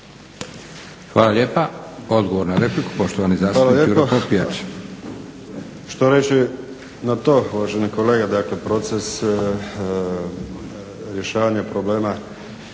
Hvala lijepa. Odgovor na repliku, poštovani zastupnik Đuro Popijač.